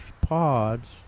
pods